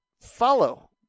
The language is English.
Follow